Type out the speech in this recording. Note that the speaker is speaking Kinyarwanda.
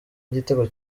igitego